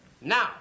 now